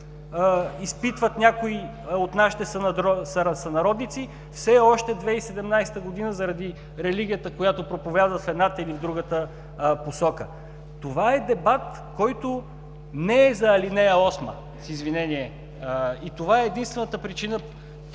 изпитват някои от нашите сънародници все още – 2017 г., заради религията, която проповядват в едната или другата посока. Това е дебат, който не е за ал. 8, с извинение. И това е една от причините,